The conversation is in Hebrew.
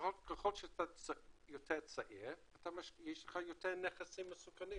שככל שאתה יותר צעיר יש לך יותר נכסים מסוכנים,